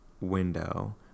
window